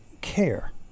care